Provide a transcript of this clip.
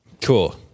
Cool